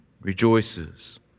rejoices